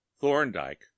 thorndyke